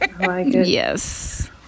Yes